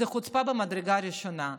זאת חוצפה ממדרגה ראשונה.